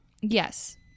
Yes